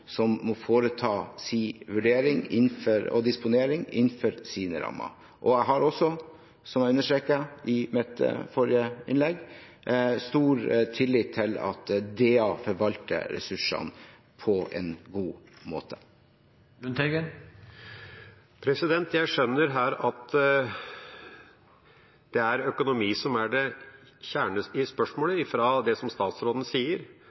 som må foreta sin vurdering og disponering innenfor sine rammer. Jeg har også, som jeg understreket i mitt forrige innlegg, stor tillit til at DA forvalter ressursene på en god måte. Jeg skjønner her at det er økonomi som er kjernen i spørsmålet, ut fra det statsråden sier.